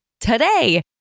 today